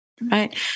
right